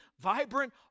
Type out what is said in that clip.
vibrant